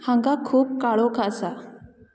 हांगा खूब काळोख आसा